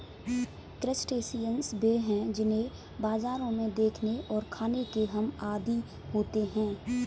crustaceans वे हैं जिन्हें बाजारों में देखने और खाने के हम आदी होते हैं